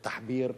בתחביר,